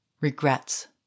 regrets